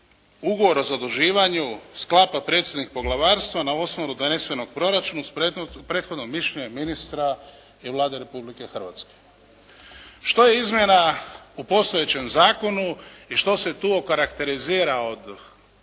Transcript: ugovor o zaduživanju sklapa predstojnik poglavarstva na osnovu donesenog proračuna uz prethodno mišljenje ministra i Vlade Republike Hrvatske. Što je izmjena u postojećem zakonu i što se tu okarakterizira od